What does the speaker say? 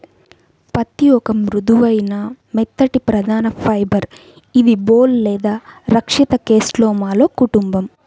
పత్తిఒక మృదువైన, మెత్తటిప్రధానఫైబర్ఇదిబోల్ లేదా రక్షిత కేస్లోమాలో కుటుంబం